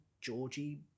Georgie